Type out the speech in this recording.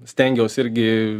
stengiaus irgi